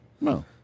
No